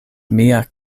mia